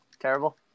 Terrible